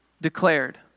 declared